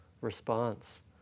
response